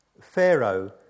Pharaoh